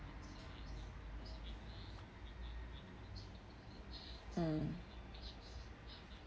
mm